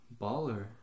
baller